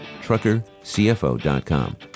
truckercfo.com